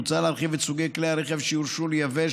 מוצע להרחיב את סוגי כלי הרכב שיורשו לייבא,